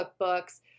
cookbooks